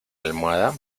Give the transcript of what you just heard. almohada